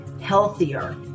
healthier